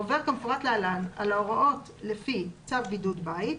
העובר כמפורט להלן על ההוראות לפי צו בידוד בית),